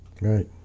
Right